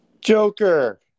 Joker